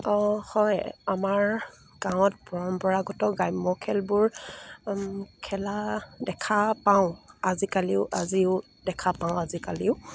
অঁ হয় আমাৰ গাঁৱত পৰম্পৰাগত গ্ৰাম্য খেলবোৰ খেলা দেখা পাওঁ আজিকালিও আজিও দেখা পাওঁ আজিকালিও